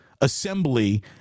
Assembly